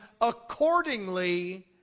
accordingly